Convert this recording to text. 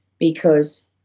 because